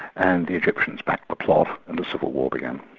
and the egyptians backed the plot, and the civil war began.